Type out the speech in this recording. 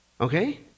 Okay